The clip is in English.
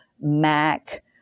Mac